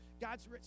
God's